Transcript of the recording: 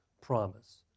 promise